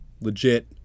legit